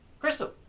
Crystal